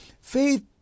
Faith